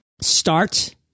Start